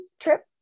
trip